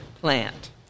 plant